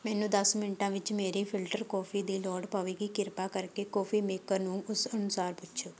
ਮੈਨੂੰ ਦਸ ਮਿੰਟਾਂ ਵਿੱਚ ਮੇਰੀ ਫਿਲਟਰ ਕੌਫੀ ਦੀ ਲੋੜ ਪਵੇਗੀ ਕਿਰਪਾ ਕਰਕੇ ਕੌਫੀ ਮੇਕਰ ਨੂੰ ਉਸ ਅਨੁਸਾਰ ਪੁੱਛੋ